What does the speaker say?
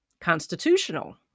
constitutional